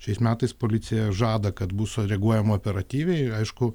šiais metais policija žada kad bus reaguojama operatyviai aišku